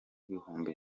ibihumbi